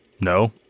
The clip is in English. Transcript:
No